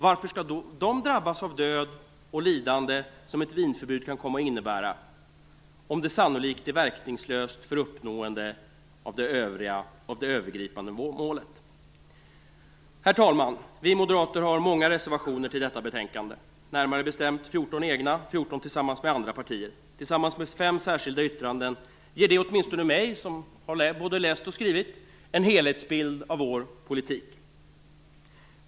Varför skall de drabbas av död och lidande, vilket ett minförbud kan komma att innebära, om det sannolikt är verkningslöst för uppnående av det övergripande målet? Herr talman! Vi moderater har många reservationer till detta betänkande, närmare bestämt 14 egna och 14 tillsammans med andra partier. Tillsammans med 5 särskilda yttranden ger det åtminstone mig, som har både läst och skrivit, en helhetsbild av vår politik.